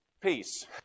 Peace